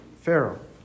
Pharaoh